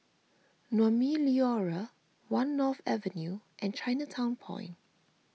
Naumi Liora one North Avenue and Chinatown Point